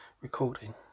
recording